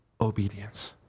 obedience